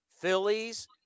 Phillies